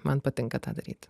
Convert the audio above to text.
man patinka tą daryti